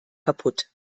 kaputt